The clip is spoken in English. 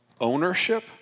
ownership